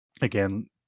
Again